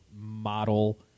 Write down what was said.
model